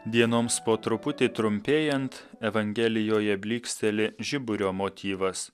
dienoms po truputį trumpėjant evangelijoje blyksteli žiburio motyvas